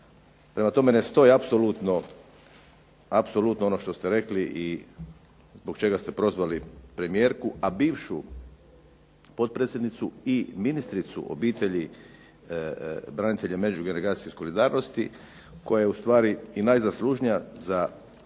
Prema tome, ne stoji apsolutno, apsolutno ono što ste rekli i zbog čega ste prozvali premijerku, a bivšu potpredsjednicu i ministricu obitelji, branitelja i međugeneracijske solidarnosti koja je ustvari najzaslužnija za